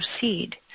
proceed